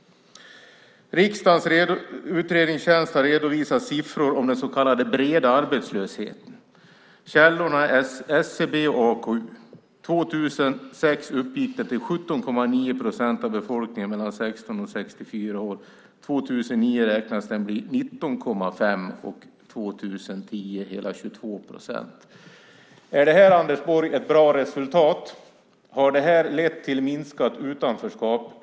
Riksdagens utredningstjänst har redovisat siffror om den så kallade breda arbetslösheten. Källorna är SCB och AKU. År 2006 uppgick den till 17,9 procent av befolkningen i åldern 16-64 år. År 2009 beräknas den bli 19,5 procent, och år 2010 hela 22 procent. Är detta ett bra resultat, Anders Borg? Har det lett till ett minskat utanförskap?